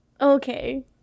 Okay